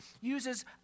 uses